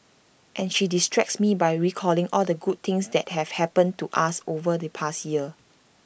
and she distracts me by recalling all the good things that have happened to us over the past year